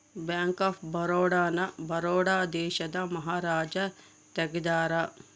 bank of Baroda ನ ಬರೋಡ ದೇಶದ ಮಹಾರಾಜ ತೆಗ್ದಾರ